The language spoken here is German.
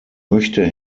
möchte